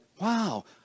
wow